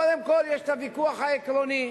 קודם כול, יש הוויכוח העקרוני